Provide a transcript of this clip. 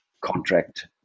contract